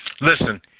Listen